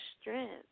strength